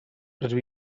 rydw